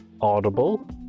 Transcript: audible